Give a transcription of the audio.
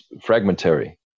fragmentary